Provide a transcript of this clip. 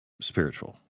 spiritual